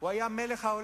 הוא היה מלך העולם.